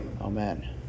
Amen